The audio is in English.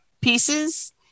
pieces